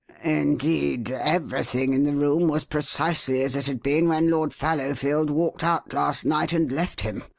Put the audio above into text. indeed, everything in the room was precisely as it had been when lord fallowfield walked out last night and left him,